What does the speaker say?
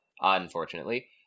unfortunately